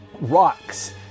rocks